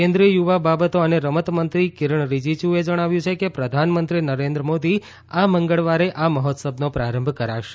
કેન્દ્રિય યુવા કાર્યક્રમ અને રમત મંત્રી કિરણ રીજીજુએ જણાવ્યું કે પ્રધાનમંત્રી નરેન્દ્ર મોદી આ મંગળવારે આ મહોત્સવનો પ્રારંભ કરાવશે